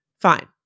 fine